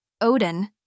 Odin